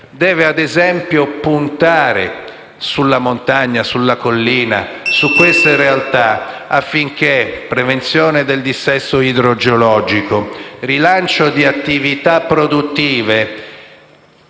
deve, ad esempio, puntare sulla montagna, sulla collina, su queste realtà per la prevenzione del dissesto idrogeologico e per un rilancio di attività produttive